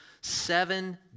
seven